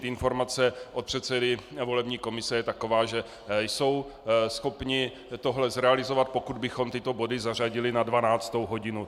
Informace od předsedy volební komise je taková, že jsou schopni tohle zrealizovat, pokud bychom tyto body zařadili na 12. hodinu.